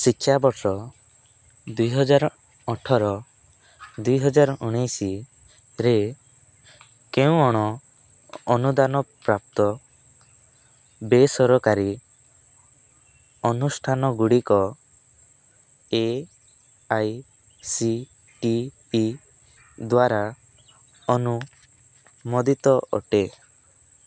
ଶିକ୍ଷାବର୍ଷ ଦୁଇ ହଜାର ଅଠର ଦୁଇ ହଜାର ଉଣେଇଶିରେ କେଉଁ ଅଣ ଅନୁଦାନ ପ୍ରାପ୍ତ ବେସରକାରୀ ଅନୁଷ୍ଠାନଗୁଡ଼ିକ A I C T E ଦ୍ଵାରା ଅନୁମୋଦିତ ଅଟେ